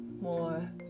more